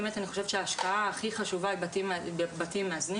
אני חושבת שההשקעה הכי חשובה היא בבתים מאזנים